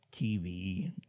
TV